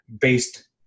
based